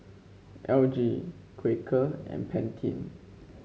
L G Quaker and Pantene